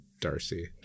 Darcy